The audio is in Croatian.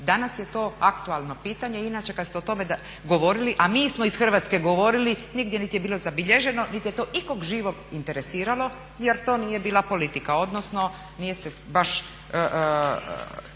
Danas je to aktualno pitanje. Inače kad ste o tome govorili, a mi smo iz Hrvatske govorili, nigdje nit je bilo zabilježeno, nit je to ikog živog interesiralo jer to nije bila politika odnosno nije se baš,